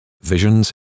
visions